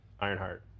Ironheart